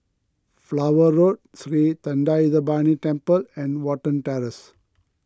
Flower Road Sri thendayuthapani Temple and Watten Terrace